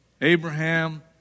Abraham